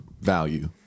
value